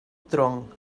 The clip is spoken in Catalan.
tronc